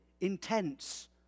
intense